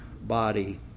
body